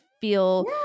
feel